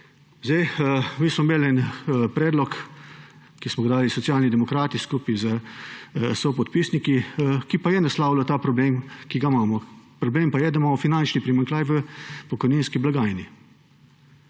Mi smo imeli en predlog, ki smo ga dali Socialni demokrati skupaj s sopodpisniki, ki pa je naslavljal ta problem, ki ga imamo. Problem pa je, da imamo finančni primanjkljaj v pokojninski blagajni.